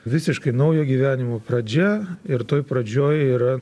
visiškai naujo gyvenimo pradžia ir toj pradžioj yra